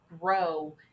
grow